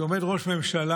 שעומד ראש ממשלה,